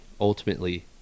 ultimately